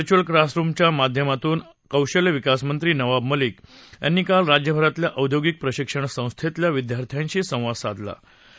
मुंबईत व्हर्च्युअल क्लासरुमच्या माध्यमातून कौशल्य विकास मंत्री नवाब मलिक यांनी काल राज्यभरातल्या औद्योगिक प्रशिक्षण संस्थेतल्या विद्यार्थ्यांशी संवाद साधला